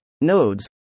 nodes